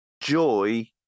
joy